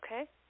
Okay